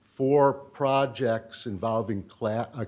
for projects involving class a